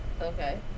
Okay